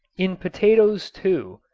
in potatoes, too,